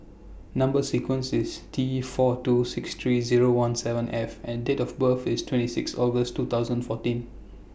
Number sequence IS T four two six three Zero one seven F and Date of birth IS twenty six August two thousand fourteen